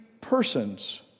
persons